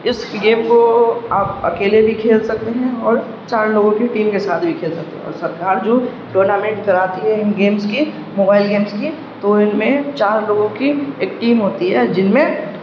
اس game کو آپ اکیلے بھی کھیل سکتے ہیں اور چار لوگوں کی ٹیم کے ساتھ بھی کھیل سکتے ہیں اور سرکار جو ٹورنامنٹ کراتی ہے ان گیمس کی موبائل گیمس کی تو ان میں چار لوگوں کی ایک ٹیم ہوتی ہے جن میں